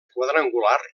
quadrangular